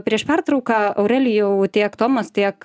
prieš pertrauką aurelijau tiek tomas tiek